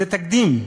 זה תקדים,